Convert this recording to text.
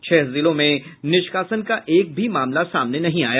छह जिलों में निष्कासन का एक भी मामला सामने नहीं आया